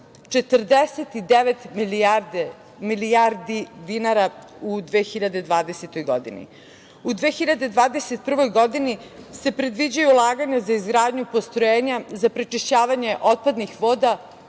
49 milijardi dinara u 2020. godini.U 2021. godini se predviđaju ulaganja za izgradnju postrojenja za prečišćavanje otpadnih voda